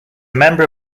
member